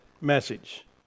message